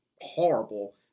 horrible